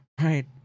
right